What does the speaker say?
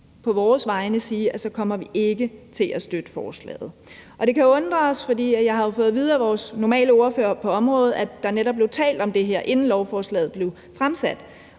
på vores vegne sige, at så kommer vi ikke til at støtte forslaget. Og det kan undre os, for jeg har jo fået at vide af vores faste ordfører på området, at der netop blev talt om det her, inden lovforslaget blev fremsat;